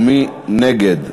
ומי נגד?